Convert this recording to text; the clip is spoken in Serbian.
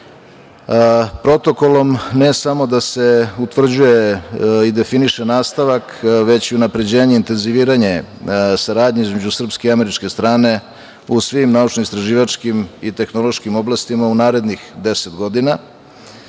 Protokolom ne samo da se utvrđuje i definiše nastavak, već i unapređenje i intenziviranje saradnje između srpske i američke strane u svim naučno-istraživačkim i tehnološkim oblastima u narednih deset godina. Već